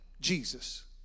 Jesus